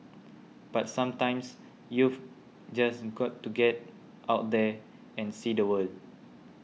but sometimes you've just got to get out there and see the world